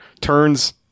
turns